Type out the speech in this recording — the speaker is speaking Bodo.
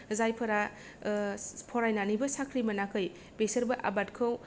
जायफोरा फरायनानैबो साख्रि मोनाखै बेसोरबो आबादखौ